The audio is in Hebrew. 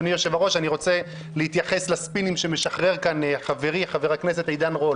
אני רוצה להתייחס לספינים שמשחרר כאן חברי חבר הכנסת עידן רול.